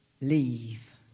leave